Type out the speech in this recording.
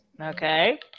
Okay